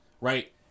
right